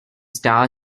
star